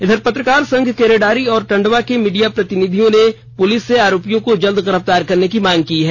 इधर पत्रकार संघ केरेडारी और टंडवा के मीडिया प्रतिनिधियों ने पुलिस से आरोपियों को जल्द गिरफ्तार करने की मांग की है